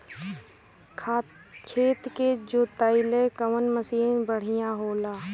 खेत के जोतईला कवन मसीन बढ़ियां होला?